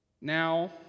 Now